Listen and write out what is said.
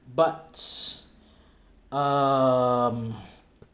but um